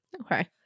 Okay